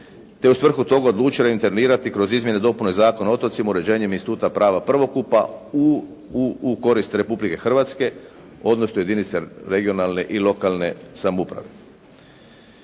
te u svrhu toga odlučila intervenirati kroz izmjene i dopune Zakona o otocima uređenjem instituta prava prvokupa u korist Republike Hrvatske, odnosno jedinice regionalne i lokalne samouprave.